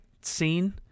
scene